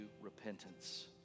repentance